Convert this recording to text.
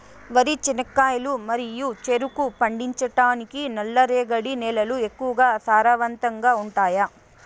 వరి, చెనక్కాయలు మరియు చెరుకు పండించటానికి నల్లరేగడి నేలలు ఎక్కువగా సారవంతంగా ఉంటాయా?